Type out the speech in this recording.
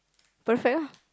perfect ah